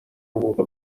حقوق